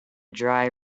dry